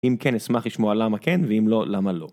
אם כן, אשמח לשמוע למה כן, ואם לא, למה לא.